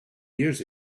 years